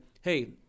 hey –